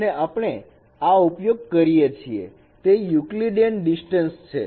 અને આપણે આ ઉપયોગ કરીએ છીએ તે યુકલીડેન ડિસ્ટન્સ છે